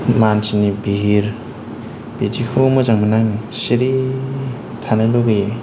मानसिनि भिर बिदिखौ मोजां मोना आङो सिरि थानो लुबैयो